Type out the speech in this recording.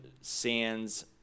Sands